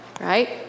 right